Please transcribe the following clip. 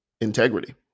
integrity